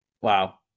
Wow